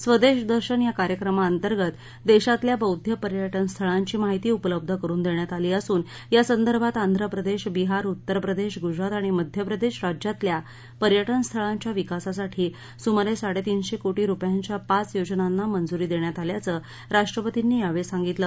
स्वदेश दर्शन या कार्यक्रमाअंतर्गत देशातल्या बौद्ध पर्यटनस्थळांची माहिती उपलब्ध करुन देण्यात आली असून या संदर्भात आंध्रप्रदेश बिहार उत्तरप्रदेश गुजरात आणि मध्यप्रदेश राज्यातल्या पर्यटन स्थळांच्या विकासासाठी सुमारे साडेतीनशे कोटी रुपयांच्या पाच योजनांना मंजुरी देण्यात आल्याचं राष्ट्रपतींनी यावेळी सांगितलं